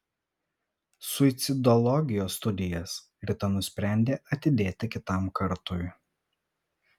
suicidologijos studijas rita nusprendė atidėti kitam kartui